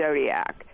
zodiac